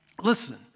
listen